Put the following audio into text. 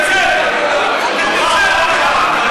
אללה אכבר.